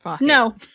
No